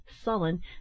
sullen